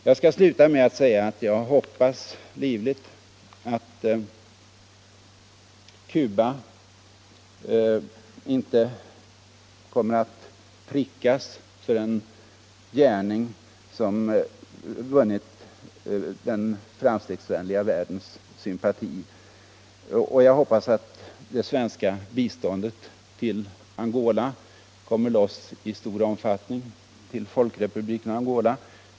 Jag skall sluta med att säga att jag livligt hoppas att Cuba inte kommer att prickas för en gärning som vunnit den framstegsvänliga världens sympati, och jag hoppas att det svenska biståndet till Folkrepubliken Angola får en väsentligt större omfattning.